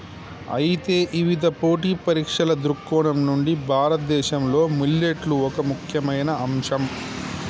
అయితే ఇవిధ పోటీ పరీక్షల దృక్కోణం నుండి భారతదేశంలో మిల్లెట్లు ఒక ముఖ్యమైన అంశం